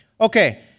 Okay